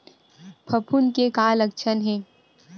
फफूंद के का लक्षण हे?